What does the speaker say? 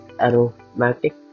aromatic